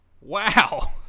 wow